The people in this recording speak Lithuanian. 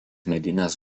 medinės